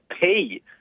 pay